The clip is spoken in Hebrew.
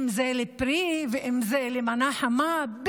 אם זה לפרי ואם זה למנה חמה,